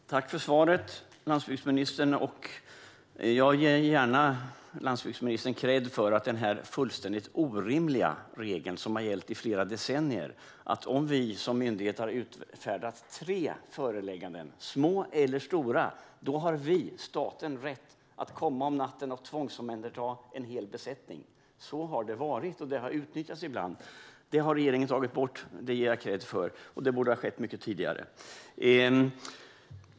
Fru talman! Tack för svaret, landsbygdsministern! Jag ger gärna landsbygdsministern kredd för att regeringen har tagit bort den här fullständigt orimliga regeln som har gällt i flera decennier att om vi som myndighet har utfärdat tre förelägganden, små eller stora, har vi, staten, rätt att komma om natten och tvångsomhänderta en hel besättning. Så har det varit, och det har utnyttjats ibland. Det har regeringen tagit bort - det ger jag kredd för - och det borde ha skett mycket tidigare.